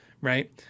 Right